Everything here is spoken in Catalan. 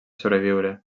sobreviure